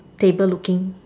table looking